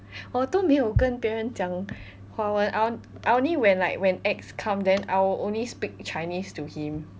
我没有跟别人讲华文 I on~ I only when like when X come then I will only speak chinese to him